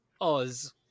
Oz